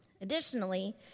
Additionally